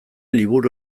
liburu